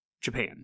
Japan